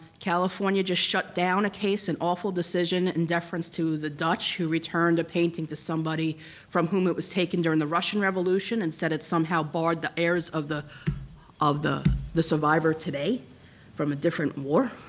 california just shut down a case, an awful decision in deference to the dutch who returned a painting to somebody from whom it was taken during the russian revolution, and said it somehow barred the heirs of the of the survivor today from a different war.